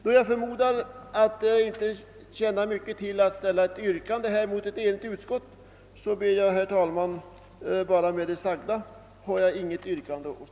Då jag förmodar att det inte tjänar mycket till att ställa ett yrkande mot ett enigt utskott avstår jag, herr talman, från att ställa något sådant.